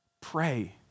Pray